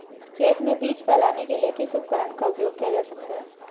खेत में बीज फैलाने के लिए किस उपकरण का उपयोग किया जा सकता है?